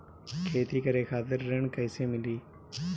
खेती करे खातिर ऋण कइसे मिली?